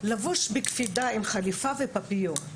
לבוש בקפידה עם חליפה ופפיון,